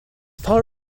far